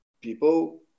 people